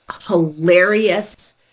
hilarious